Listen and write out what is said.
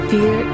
Fear